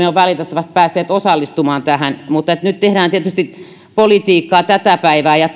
ole valitettavasti päässeet osallistumaan tähän mutta nyt tehdään tietysti politiikkaa tätä päivää ja